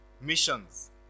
missions